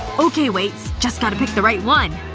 okay, weights. just gotta pick the right one